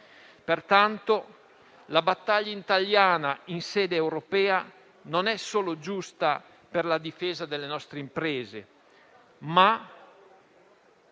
Pertanto, la battaglia italiana in sede europea non è solo giusta per la difesa delle nostre imprese, ma